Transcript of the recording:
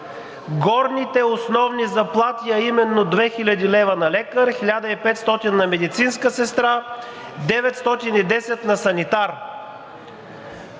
горните основни заплати, а именно 2000 лв. на лекар, 1500 – на медицинска сестра, 910 – на санитар